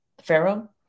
Pharaoh